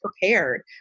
prepared